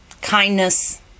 kindness